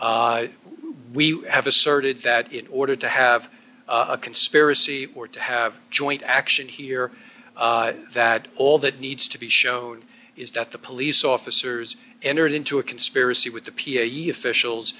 barrett we have asserted that in order to have a conspiracy or to have joint action here that all that needs to be shown is that the police officers entered into a conspiracy with the p a u officials